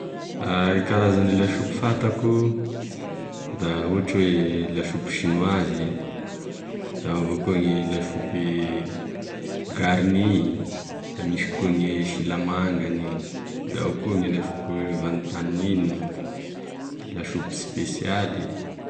E karazagne lasopy fantako da ohatry hoe lasopy chinoise, da ao avao koa gne lasopy garnie, da misy koa gne silamangany, da ao koa gne lasopy vantamine, da lasopy special.